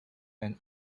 and